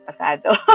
pasado